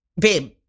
Babe